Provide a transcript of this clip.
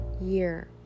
year